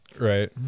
Right